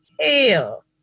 hell